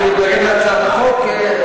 מתנגדים להצעת החוק.